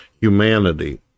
humanity